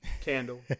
candle